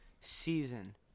season